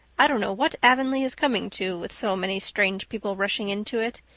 i don't know what avonlea is coming to, with so many strange people rushing into it.